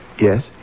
Yes